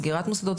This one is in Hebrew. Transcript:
סגירת מוסדות.